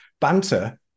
banter